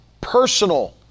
personal